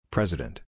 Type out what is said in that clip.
President